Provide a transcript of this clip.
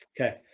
Okay